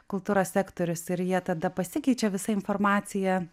kultūros sektorius ir jie tada pasikeičia visa informacija